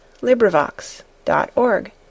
LibriVox.org